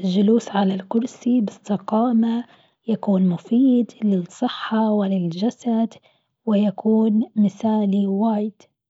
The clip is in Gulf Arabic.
الجلوس على الكرسي بإستقامة يكون مفيد للصحة وللجسد ويكون مثالي واجد.